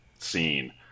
scene